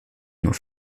nur